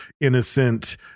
innocent